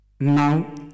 Now